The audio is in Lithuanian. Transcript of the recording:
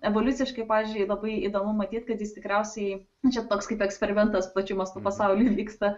evoliuciškai pavyzdžiui labai įdomu matyt kad jis tikriausiai čia toks kaip eksperimentas plačiu mastu pasauly vyksta